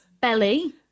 belly